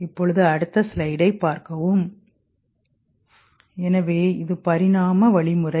எனவே இது பரிணாம வழிமுறை